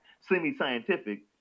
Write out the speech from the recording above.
semi-scientific